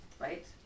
right